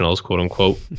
quote-unquote